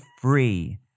free